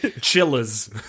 Chiller's